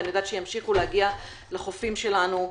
ואני יודעת שימשיכו להגיע לחופים שלנו.